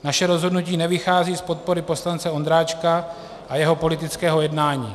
Naše rozhodnutí nevychází z podpory poslance Ondráčka a jeho politického jednání.